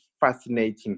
fascinating